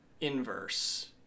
inverse